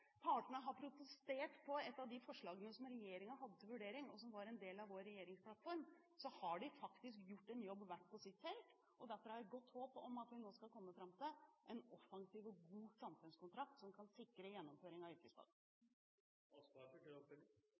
et av de forslagene som regjeringen hadde til vurdering, og som var en del av vår regjeringsplattform, har de faktisk gjort en jobb hver på sitt felt. Derfor har jeg godt håp om at vi nå skal komme fram til en offensiv og god samfunnskontrakt som kan sikre gjennomføring av